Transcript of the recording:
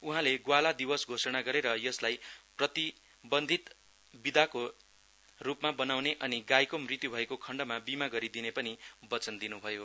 उहाँले ग्वाला दिवस घोषण गरेर यसलाई प्रतिबन्धित बिताको रुपमा बनाउने अनि गाईको मुत्यु भएको खण्डमा बीमा गरिदिने पनि वचन दिनु भयो